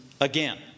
again